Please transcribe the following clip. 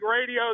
radio